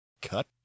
Cut